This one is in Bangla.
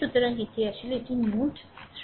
সুতরাং এটি আসলে এটি নোড 3